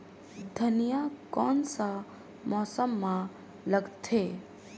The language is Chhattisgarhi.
धनिया कोन सा मौसम मां लगथे?